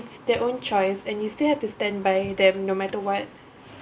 it's their own choice and you still have to stand by them no matter what